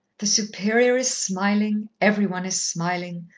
the superior is smiling, every one is smiling,